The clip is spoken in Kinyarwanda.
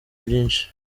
byinshi